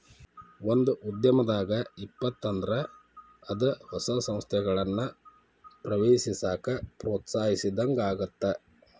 ಒಂದ ಉದ್ಯಮ ಲಾಭದಾಗ್ ಇತ್ತಪ ಅಂದ್ರ ಅದ ಹೊಸ ಸಂಸ್ಥೆಗಳನ್ನ ಪ್ರವೇಶಿಸಾಕ ಪ್ರೋತ್ಸಾಹಿಸಿದಂಗಾಗತ್ತ